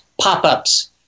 pop-ups